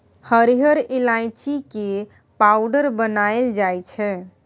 हरिहर ईलाइची के पाउडर बनाएल जाइ छै